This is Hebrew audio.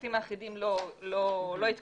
שהמפרטים האחידים לא התקדמו,